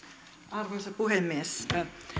arvoisa puhemies